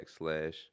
backslash